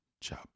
Ciao